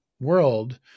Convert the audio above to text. world